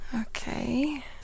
okay